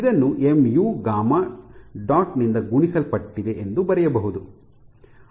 ಇದನ್ನು m u gamma dot ನಿಂದ ಗುಣಿಸಲ್ಪಟ್ಟಿದೆ ಎಂದು ಬರೆಯಬಹುದು